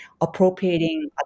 appropriating